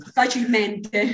facilmente